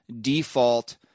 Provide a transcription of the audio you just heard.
default